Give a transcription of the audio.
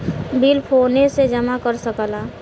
bill फोने से जमा कर सकला